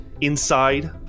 Inside